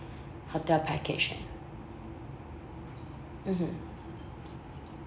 hotel package then mmhmm